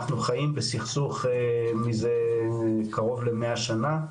אנחנו חיים בסכסוך מזה קרוב ל- 100 שנה,